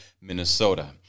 Minnesota